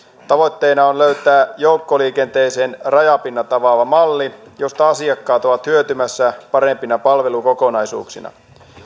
tavoitteena on löytää joukkoliikenteeseen rajapinnat avaava malli josta asiakkaat ovat hyötymässä parempina palvelukokonaisuuksina